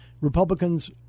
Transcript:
republicans